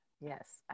Yes